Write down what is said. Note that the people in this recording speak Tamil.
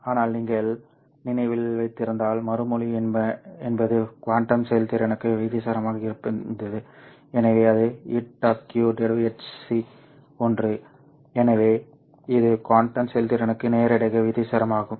ஆனால் நீங்கள் நினைவில் வைத்திருந்தால் மறுமொழி என்பது குவாண்டம் செயல்திறனுக்கு விகிதாசாரமாக இருந்தது எனவே அது ηq hc ஒன்று எனவே இது குவாண்டம் செயல்திறனுக்கு நேரடியாக விகிதாசாரமாகும்